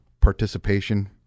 participation